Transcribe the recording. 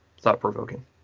thought-provoking